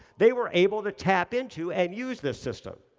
they were able to tap into and use this system.